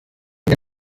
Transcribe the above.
den